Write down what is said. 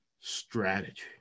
strategy